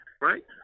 right